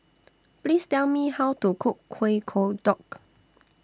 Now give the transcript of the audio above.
Please Tell Me How to Cook Kueh Kodok